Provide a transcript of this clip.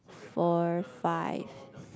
four five